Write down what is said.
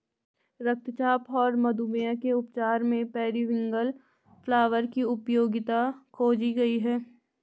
रक्तचाप और मधुमेह के उपचार में पेरीविंकल फ्लावर की उपयोगिता खोजी गई है